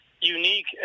unique